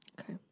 Okay